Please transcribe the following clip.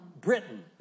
Britain